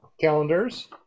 calendars